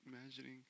imagining